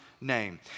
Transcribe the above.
name